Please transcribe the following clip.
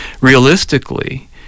Realistically